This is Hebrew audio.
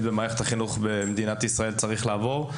במערכת החינוך במדינת ישראל צריך לעבור.